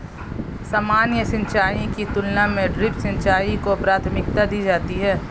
सामान्य सिंचाई की तुलना में ड्रिप सिंचाई को प्राथमिकता दी जाती है